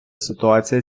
ситуація